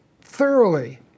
thoroughly